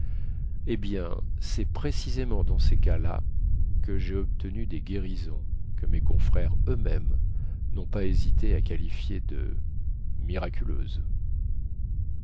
eh bien cest précisément dans ces cas-là que jai obtenu des guérisons que mes confrères eux-mêmes nont pas hésité à qualifier de miraculeuses